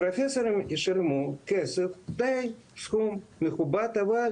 והפרופסורים ישלמו כסף סכום די מכובד, אבל